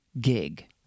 gig